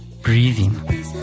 breathing